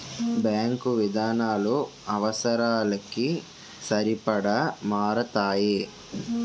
bank విధానాలు అవసరాలకి సరిపడా మారతాయి